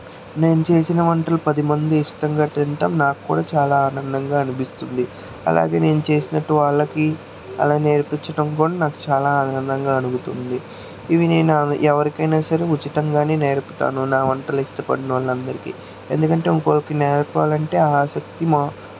నేను చేసిన వంటలు పదిమంది ఇష్టంగా తినటం నాకు కూడా చాలా ఆనందంగా అనిపిస్తుంది అలాగే నేను చేసినట్టు వాళ్ళకి అలా నేర్పించటం కూడా నాకు చాలా ఆనందం కలుగుతుంది ఇవి నేను ఎవరికైనా సరే ఉచితంగా నేర్పుతాను నా వంటలు ఇష్టపడిన వాళ్ళు అందరికి ఎందుకంటే ఇంకొకరికి నేర్పాలంటే ఆసక్తి మా